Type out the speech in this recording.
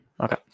Okay